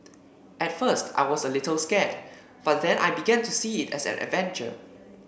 at first I was a little scared but then I began to see it as an adventure